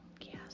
yes